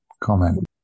comment